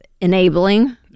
enabling